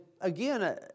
again